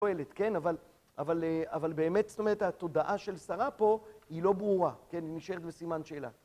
אבל באמת זאת אומרת התודעה של שרה פה היא לא ברורה, נשארת בסימן שאלה